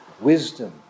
wisdom